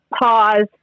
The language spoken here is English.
pause